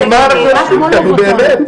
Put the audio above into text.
נו באמת.